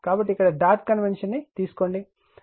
కాబట్టి ఇక్కడ dot convention తీసుకోబడింది